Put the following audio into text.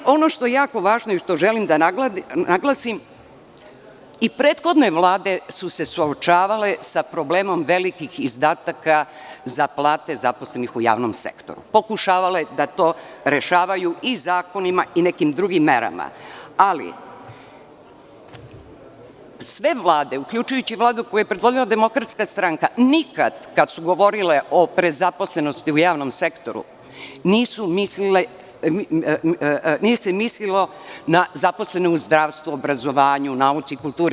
Ono što je jako važno i što želim da naglasim, i prethodne vlade su se suočavale sa problemom velikih izdataka za plate zaposlenih u javnom sektoru, pokušavale da to rešavaju i zakonima i nekim drugim merama, ali sve vlade, uključujući i Vladu koju je pretvorila DS, nikad, kada su govorile o prezaposlenosti u javnom sektoru, nije se mislilo na zaposlene u zdravstvu, obrazovanju, nauci, kulturi.